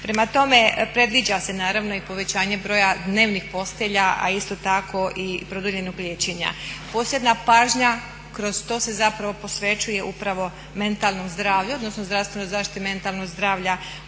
Prema tome, predviđa se naravno i povećanje broja dnevnih postelja, a isto tako i produljenog liječenja. Posebna pažnja kroz to se zapravo posvećuje upravo mentalnom zdravlju, odnosno zdravstvenoj zaštiti mentalnog zdravlja